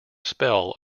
spell